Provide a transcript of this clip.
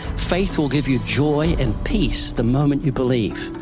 faith will give you joy and peace the moment you believe.